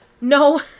No